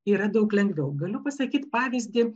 yra daug lengviau galiu pasakyt pavyzdį